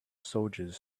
soldiers